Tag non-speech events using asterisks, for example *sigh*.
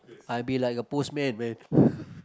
I be like a postman man *breath*